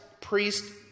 priest